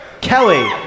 Kelly